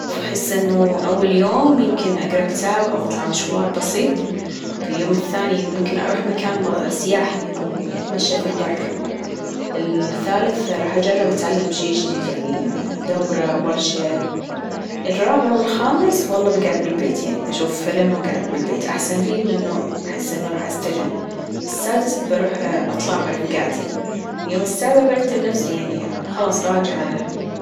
بأحس أنه أول يوم يمكن أقرأ كتاب أو أطلع مشوار بسيط، اليوم الثاني ممكن أروح مكان سياحي أو يعني أتمشى في البر، الثالث راح أجرب أتعلم شي جديد يعني دورة ورشة، الرابع والخامس والله بأجعد بالبيت يعني بأشوف فيلم وأقعد بالبيت أحسن لي لأنه أني أروح أستجم، السادس بأروح أطلع مع رفجاتي، اليوم السابع بأرتب نفسي يعني خلاص راجعة.